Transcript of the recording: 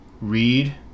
read